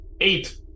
Eight